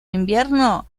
invierno